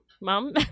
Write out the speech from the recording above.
mom